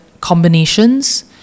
combinations